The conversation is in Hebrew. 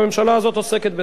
והממשלה הזאת עוסקת בזה,